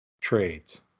trades